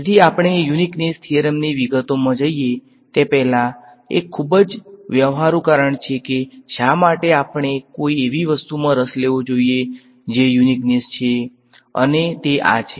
તેથી આપણે યુનીક્નેસ થીયરમની વિગતોમાં જઈએ તે પહેલાં એક ખૂબ જ વ્યવહારુ કારણ છે કે શા માટે આપણે કોઈ એવી વસ્તુમાં રસ લેવો જોઈએ જે યુનીક્નેસ છે અને તે આ છે